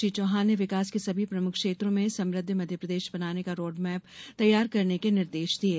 श्री चौहान ने विकास के सभी प्रमुख क्षेत्रों में समुद्ध मध्यप्रदेश बनाने का रोडमैप तैयार करने के निर्देश दिये